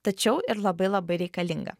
tačiau ir labai labai reikalinga